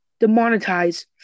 demonetize